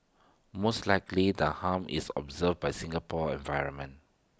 most likely the harm is absorbed by Singapore's environment